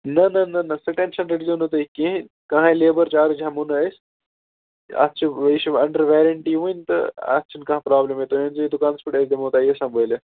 نَہ نَہ نَہ نَہ سُہ ٹیٚنشن رٔٹزیٚو نہٕ تُہۍ کِہیٖنۍ کٔہٲنۍ لیبر چارج ہیٚمو نہٕ أسۍ اَتھ چھُ یہِ چھُ انٛڈر ویرنٹی وُنہِ تہٕ اَتھ چھُنہٕ کانٛہہ پرٛابلِمٕے تۄہہِ أنزیٚو یہِ دُکانس پٮ۪ٹھ أسی دِمو توہہِ یہِ سمبٲلِتھ